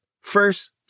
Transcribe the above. First